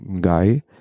guy